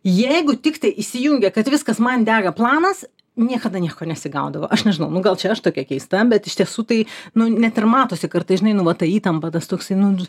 jeigu tiktai įsijungia kad viskas man dega planas niekada nieko nesigaudavo aš nežinau nu gal čia aš tokia keista bet iš tiesų tai nu net ir matosi kartais žinai nu va ta įtampa tas toksai nu